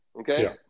Okay